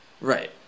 Right